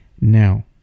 now